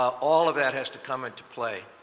all of that has to come into play.